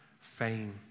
fame